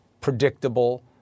predictable